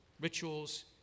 rituals